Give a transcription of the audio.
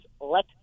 let